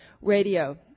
radio